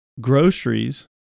groceries